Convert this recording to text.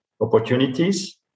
opportunities